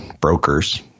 brokers